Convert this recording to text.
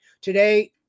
today